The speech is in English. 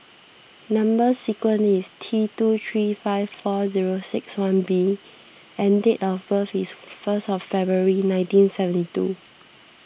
Number Sequence is T two three five four zero six one B and date of birth is first of February nineteen seventy two